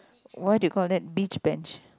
what do you call that beach bench